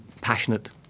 passionate